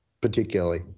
particularly